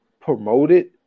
promoted